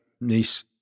niece